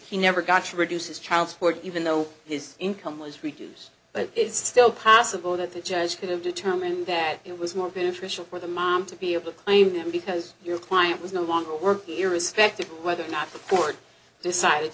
he never got to reduce his child support even though his income was reduced but it's still possible that the judge could have determined that it was more beneficial for the mom to be able to claim him because your client was no longer working irrespective of whether or not court decided